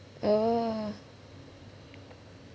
oh